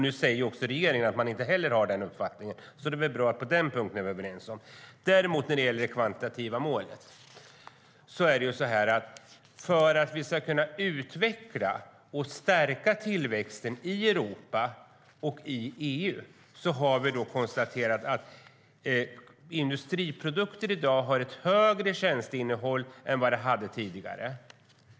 Nu säger regeringen att man inte heller har den uppfattningen, så på den punkten är vi överens. När det gäller det kvantitativa målet däremot är det så att för att vi ska kunna utveckla och stärka tillväxten i Europa och i EU har vi konstaterat att industriprodukter i dag har ett högre tjänsteinnehåll än vad de hade tidigare.